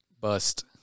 Bust